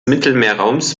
mittelmeerraums